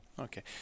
Okay